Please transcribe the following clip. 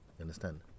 Understand